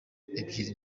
ebyiri